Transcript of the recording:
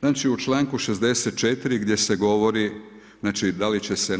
Znači u članku 64. gdje se govori da li će se